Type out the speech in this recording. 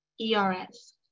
ERS